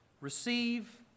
Receive